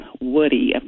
woody